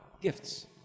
gifts